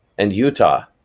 and utah,